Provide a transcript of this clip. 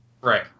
Right